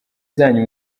zanyu